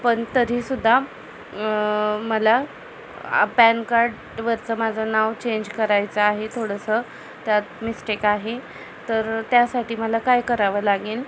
पन तरीसुद्धा मला पॅन कार्डवरचं माझं नाव चेंज करायचं आहे थोडंसं त्यात मिस्टेक आहे तर त्यासाठी मला काय करावं लागेल